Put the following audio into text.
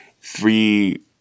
Three